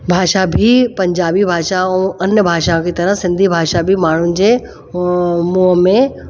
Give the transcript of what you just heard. भाषा बि पंजाबी भाषा ऐं अन्य भाषाऊं की तरह सिंधी भाषा बि माण्हुनि जे मुंहं में